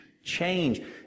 change